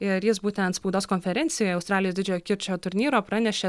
ir jis būtent spaudos konferencijoje australijos didžiojo kirčio turnyro pranešė